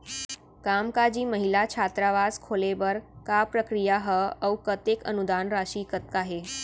कामकाजी महिला छात्रावास खोले बर का प्रक्रिया ह अऊ कतेक अनुदान राशि कतका हे?